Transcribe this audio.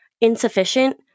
insufficient